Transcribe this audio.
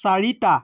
চাৰিটা